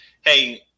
hey